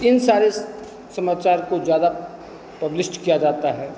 इन सारे समाचार को ज़्यादा पब्लिश किया जाता है